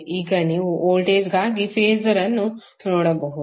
ಈಗ ನೀವು ವೋಲ್ಟೇಜ್ಗಾಗಿ ಫಾಸರ್ ಅನ್ನು ನೋಡಬಹುದು